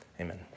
amen